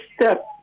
step